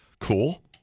Cool